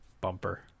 bumper